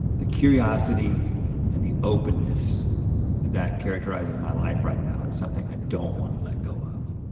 the curiosity and the openness that characterizes my life right now is something i don't wanna let go of.